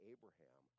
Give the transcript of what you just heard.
Abraham